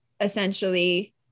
essentially